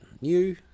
new